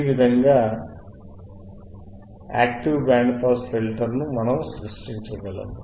ఈ విధంగా క్రియాశీల బ్యాండ్ పాస్ ఫిల్టర్ను మనము సృష్టించగలము